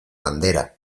bandera